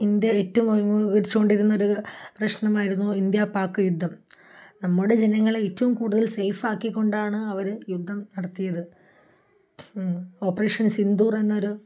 India ഏറ്റവും അമുഖീകരിച്ചു കൊണ്ടിരുന്നൊരു പ്രശ്നമായിരുന്നു ഇന്ത്യ പാക്ക് യുദ്ധം നമ്മുടെ ജനങ്ങളെ ഏറ്റവും കൂടുതൽ സേഫാക്കിക്കൊണ്ടാണ് അവര് യുദ്ധം നടത്തിയത് ഓപ്പറേഷൻ സിന്ദൂര് എന്നൊരു